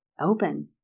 open